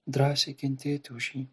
drąsiai kentėti už jį